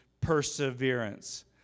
perseverance